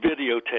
videotape